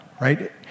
right